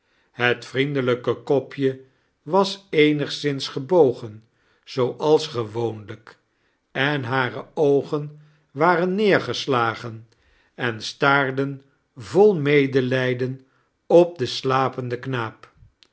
het vriendeiijke kopje was eenigszins gebogen zooals gewoonlijk en hare oogen waren neergeslagen en staarden vol medelijden op den slapendeh knaap